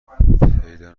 پیدا